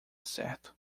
certo